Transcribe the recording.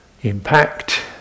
impact